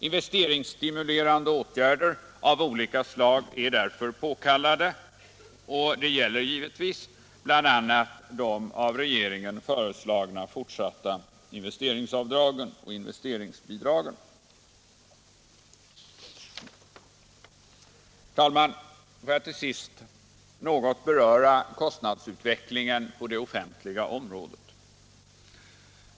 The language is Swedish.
Investeringsstimulerande åtgärder av olika slag är därför påkallade. Det gäller givetvis bl.a. de av regeringen föreslagna fortsatta investeringsavdragen och investeringsbidragen. Herr talman! Låt mig till sist något beröra kostnadsutvecklingen på det offentliga området.